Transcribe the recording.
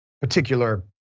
particular